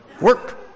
Work